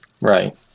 right